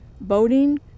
boating